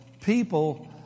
people